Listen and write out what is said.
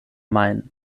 main